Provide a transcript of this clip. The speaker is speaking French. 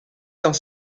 dans